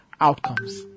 outcomes